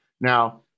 Now